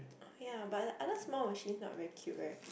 oh ya but the other small machines not very cute right